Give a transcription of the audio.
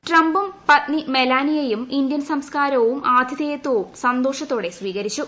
ട്രംപും പത്നി മെലാനിയയും ഇന്ത്യൻ സംസ്കാരവും ആതിഥേയത്വവും സന്തോഷത്തോടെ സ്വീകരിച്ചു